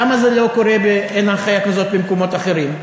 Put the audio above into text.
למה אין הנחיה כזאת במקומות אחרים?